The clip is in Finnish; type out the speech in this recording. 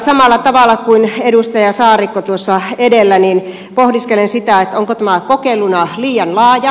samalla tavalla kuin edustaja saarikko tuossa edellä pohdiskelen sitä onko tämä kokeiluna liian laaja